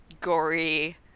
gory